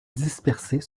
dispersées